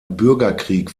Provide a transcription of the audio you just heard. bürgerkrieg